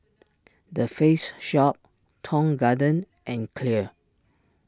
the Face Shop Tong Garden and Clear